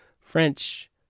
french